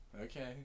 Okay